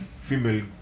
female